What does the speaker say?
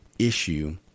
Issue